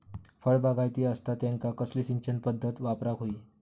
फळबागायती असता त्यांका कसली सिंचन पदधत वापराक होई?